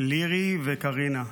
לירי וקרינה.